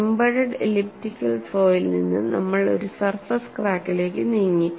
embedded elliptical ഫ്ലോയിൽ നിന്ന് നമ്മൾ ഒരു സർഫസ് ക്രാക്കിലേക്ക് നീങ്ങി